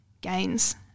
gains